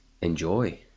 Enjoy